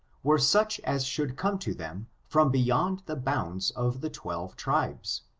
were such as should come to them from beyond the bounds of the twelve tribes.